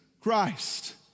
Christ